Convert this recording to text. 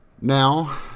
now